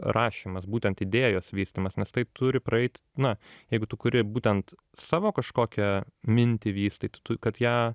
rašymas būtent idėjos vystymas nes tai turi praeit na jeigu tu kuri būtent savo kažkokią mintį vystai tu tu kad ją